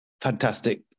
fantastic